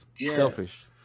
Selfish